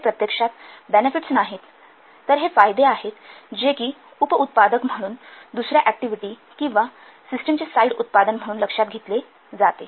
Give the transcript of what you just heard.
हे प्रत्यक्षात बेनेफिट्स नाहीत तर हे फायदे आहेत जे कि उपउत्पादक म्हणून दुसर्या ऍक्टिव्हिटी किंवा सिस्टीमचे साईड उत्पादन म्हणून लक्षात घेतले जाते